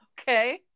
Okay